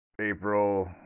April